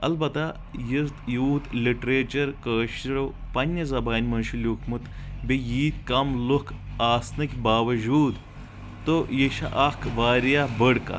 البتہ یہِ یوٗت لِٹریچر کٲشریو پننہِ زبانہِ منٛز چھُ لیٚوٗکھمُت بیٚیہِ ییٖتۍ کم لُکھ آسنہٕ باوجوٗد تو یہِ چھِ اکھ واریاہ بٔڑ کتھ